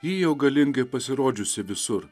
ji jau galingai pasirodžiusi visur